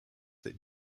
that